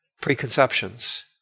preconceptions